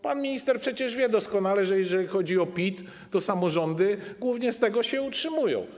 Pan minister przecież wie doskonale, że jeżeli chodzi o PIT, to samorządy głównie z tego się utrzymują.